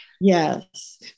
Yes